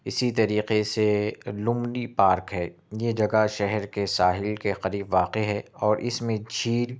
اِسی طریقے سے لمنی پارک ہے یہ جگہ شہر کے ساحل کے قریب واقع ہے اور اِس میں جھیل